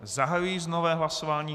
Zahajuji nové hlasování.